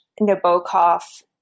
Nabokov